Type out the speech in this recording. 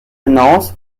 hinaus